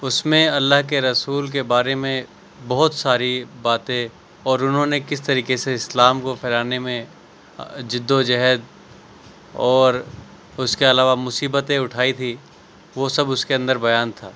اس میں اللہ کے رسول کے بارے میں بہت ساری باتیں اور انہوں نے کس طریقے سے اسلام کو پھیلانے میں جدوجہد اور اس کے علاوہ مصیبتیں اٹھائی تھی وہ سب اس کے اندر بیان تھا